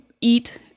eat